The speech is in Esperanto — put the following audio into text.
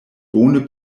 bone